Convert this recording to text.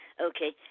Okay